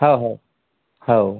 हो हो हो